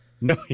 No